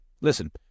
Listen